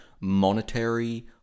monetary